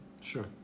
Sure